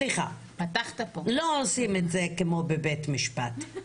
סליחה, לא עושים את זה כמו בבית משפט.